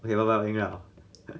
okay what 赢了